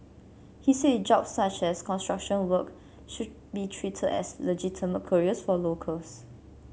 he said jobs such as construction work should be treated as legitimate careers for locals